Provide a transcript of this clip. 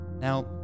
now